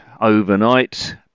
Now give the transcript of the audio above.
overnight